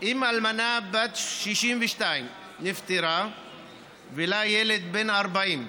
אם אלמנה בת 62 נפטרה ולה ילד בן 40,